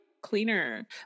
cleaner